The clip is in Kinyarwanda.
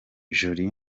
jolie